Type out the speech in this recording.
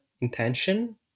intention